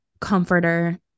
comforter